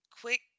quick